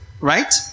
right